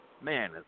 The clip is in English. Man